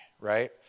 right